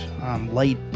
Light